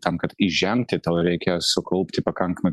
tam kad ižemti tau reikia sukaupti pakankamą